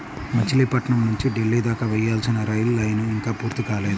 మచిలీపట్నం నుంచి ఢిల్లీ దాకా వేయాల్సిన రైలు లైను ఇంకా పూర్తి కాలేదు